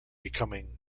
becoming